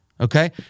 okay